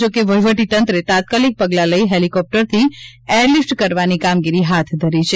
જોકે વહીવટી તંત્રે તાત્કાલિક પગલાં લઈ હેલિકોપ્ટરથી એરલીફ્ટ કરવાની કામગીરી હાથ ધરી છે